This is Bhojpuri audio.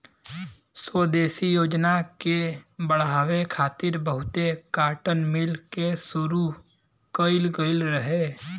स्वदेशी योजना के बढ़ावे खातिर बहुते काटन मिल के शुरू कइल गइल रहे